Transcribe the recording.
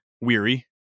weary